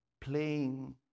playing